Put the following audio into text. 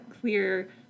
clear